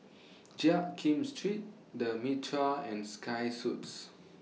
Jiak Kim Street The Mitraa and Sky Suits